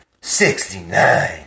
sixty-nine